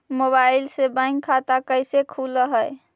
Mobile से bank खाता कैसे खुल है?